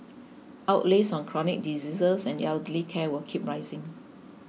outlays on chronic diseases and elderly care will keep rising